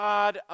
God